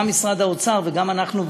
גם משרד האוצר וגם אנחנו,